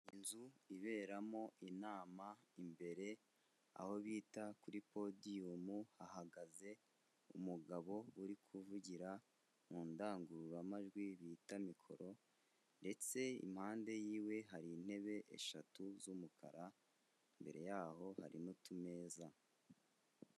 Inzu iberamo inama, imbere aho bita kuri podiyumu hahagaze umugabo uri kuvugira mu ndangururamajwi bita mikoro ndetse impande y'iwe hari intebe eshatu z'umukara, imbere y'aho hari n'utumeza.